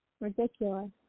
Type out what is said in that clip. Ridiculous